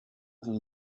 and